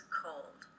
cold